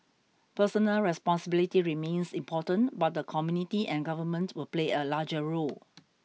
personal responsibility remains important but the community and government will play a larger role